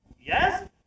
Yes